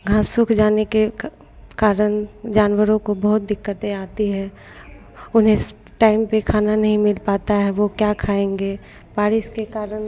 घाँस सूख जाने के का कारण जानवरों को बहुत दिक़्क़तें आती हैं उन्हें टाइम से खाना नहीं मिल पाता है वे क्या खाएंगे बारिश के कारण